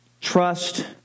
Trust